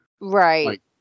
Right